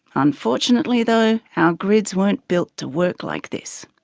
unfortunately though, our grids weren't built to work like this.